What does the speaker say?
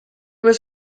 was